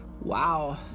Wow